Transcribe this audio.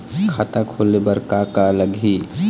खाता खोले बर का का लगही?